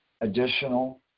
additional